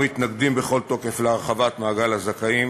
אנו מתנגדים בכל תוקף להרחבת מעגל הזכאים,